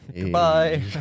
Goodbye